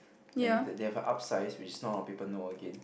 then the they have a upsized which is not a lot of people know again